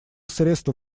средства